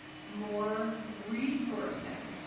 more resourcing,